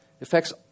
affects